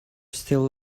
still